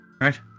Right